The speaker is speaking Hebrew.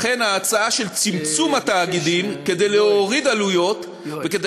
לכן ההצעה של צמצום מספר התאגידים כדי להוריד עלויות וכדי